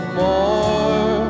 more